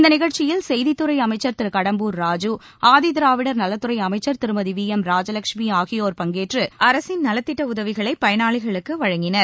இந்த நிகழ்ச்சியில் செய்தித்துறை அமைச்சர் திரு கடம்பூர் ராஜூ ஆதி திராவிடர் நலத்துறை அமைச்சர் திருமதி வி எம் ராஜலஷ்மி ஆகியோர் பங்கேற்று அரசு நலத்திட்ட உதவிகளை பயனாளிகளுக்கு வழங்கினர்